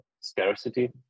scarcity